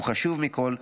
וחשוב מכול,